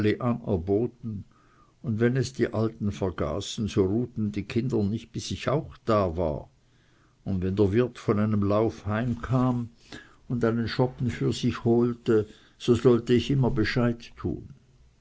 und wenn es die alten vergaßen so ruhten die kinder nicht bis ich auch da war und wenn der wirt von einem lauf heimkam und einen schoppen für sich holte so sollte ich immer bescheid tun